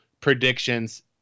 predictions